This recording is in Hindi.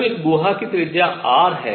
जब इस गुहा की त्रिज्या r है